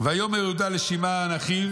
"ויאמר יהודה לשמעון אחיו: